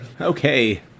Okay